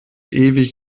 ewig